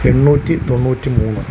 എണ്ണൂറ്റി തൊണ്ണൂറ്റി മൂന്ന്